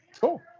Cool